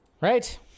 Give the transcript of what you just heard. Right